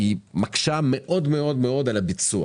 מקשה מאוד מאוד על הביצוע.